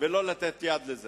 ולא לתת לזה יד.